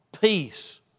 peace